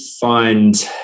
find